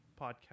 podcast